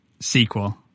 sequel